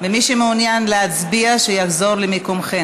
מי שמעוניין להצביע, שיחזור למקומו.